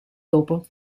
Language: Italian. dopo